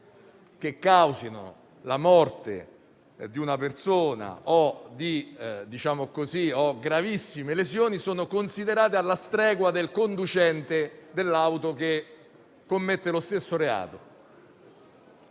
che causino la morte di una persona o procurino gravissime lesioni, sono considerate alla stregua del conducente dell'automobile che commette lo stesso reato.